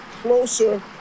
closer